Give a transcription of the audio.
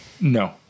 No